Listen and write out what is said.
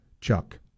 Chuck